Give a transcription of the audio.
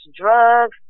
drugs